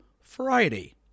Friday